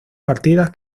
partidas